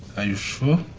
are you sure?